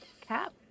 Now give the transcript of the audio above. cap